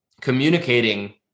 communicating